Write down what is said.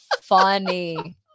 funny